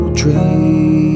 train